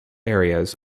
areas